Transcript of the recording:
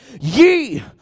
ye